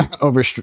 over